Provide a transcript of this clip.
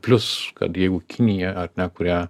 plius kad jeigu kinija nekuria